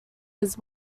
his